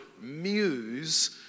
muse